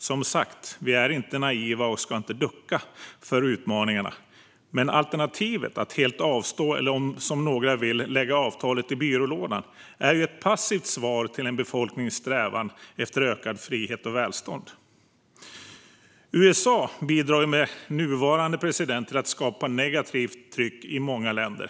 Som sagt; vi är inte naiva, och vi ska inte ducka för utmaningarna. Men alternativet att helt avstå eller, som några vill, lägga avtalet i byrålådan är ett passivt svar till en befolknings strävan efter ökad frihet och ökat välstånd. USA bidrar med nuvarande president till att skapa ett negativt tryck i många länder.